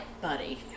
buddy